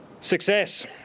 Success